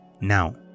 Now